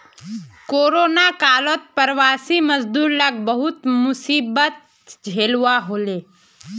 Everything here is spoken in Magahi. कोरोना कालत प्रवासी मजदूर लाक बहुत मुसीबत झेलवा हले